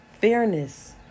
fairness